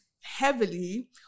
heavily